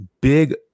big